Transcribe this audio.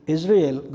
Israel